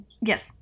yes